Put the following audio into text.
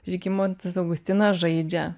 žygimantas augustinas žaidžia